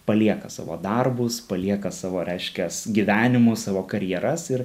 palieka savo darbus palieka savo reiškias gyvenimus savo karjeras ir